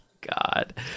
god